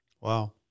Wow